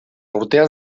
urtean